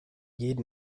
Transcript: jeden